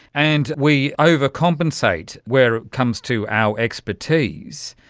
and we over-compensate where it comes to our expertise.